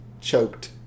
choked